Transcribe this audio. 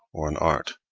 or in art,